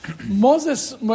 Moses